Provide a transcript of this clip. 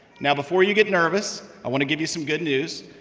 now, before you get nervous, i want to give you some good news.